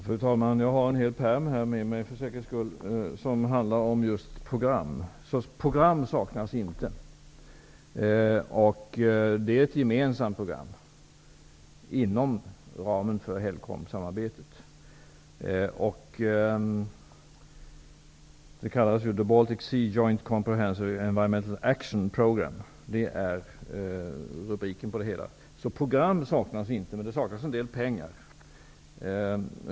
Fru talman! Jag har för säkerhets skull med mig en hel pärm som handlar om program. Det är ett gemensamt program inom ramen för HELCOM samarbetet. Det kallas The Baltic Sea Joint Programme. Så program saknas inte, men det saknas en del pengar.